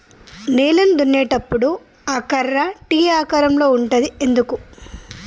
నేలను దున్నేటప్పుడు ఆ కర్ర టీ ఆకారం లో ఉంటది ఎందుకు?